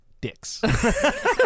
Dicks